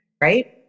right